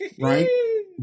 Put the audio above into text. right